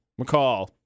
McCall